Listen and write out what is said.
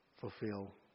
fulfill